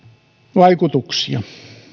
vaikutuksia